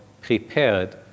prepared